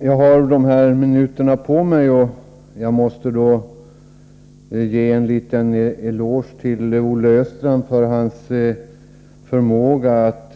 Herr talman! Jag har bara några få minuter till mitt förfogande, men jag vill ändå ge Olle Östrand en eloge för hans förmåga att